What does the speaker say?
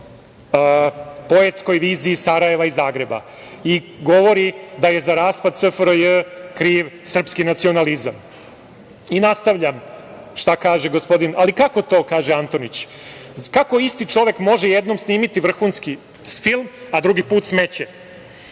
poetskoj viziji Sarajeva i Zagreba i govori da je za raspad SFRJ kriv srpski nacionalizam. Nastavljam šta kaže gospodin - ali, kako to, kaže Antonić. Kako isti čovek može jednom snimiti vrhunski film, a drugi put smeće?